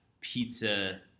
pizza –